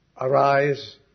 arise